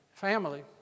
Family